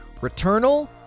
Returnal